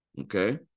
okay